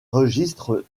registres